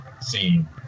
scene